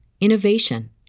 innovation